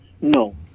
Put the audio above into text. No